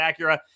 Acura